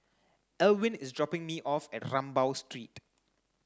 Elwin is dropping me off at Rambau Street